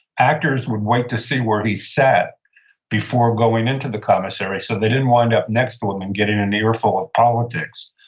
actors would wait to see where he sat before going into the commissary so they didn't wind up next to him and get an an ear full of politics.